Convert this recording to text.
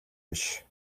биш